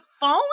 phone